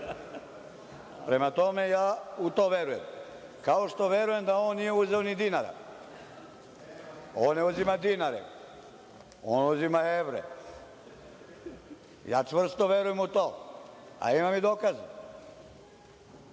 premijer. Ja u to verujem, kao što verujem da on nije uzeo ni dinara. On ne uzima dinare, on uzima evre. Ja čvrsto verujem u to, a imam i dokaze. Ja